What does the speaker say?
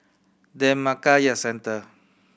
Dhammakaya Centre